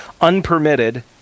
Unpermitted